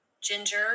ginger